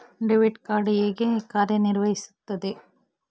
Debit card ಹೇಗೆ ಕಾರ್ಯನಿರ್ವಹಿಸುತ್ತದೆ?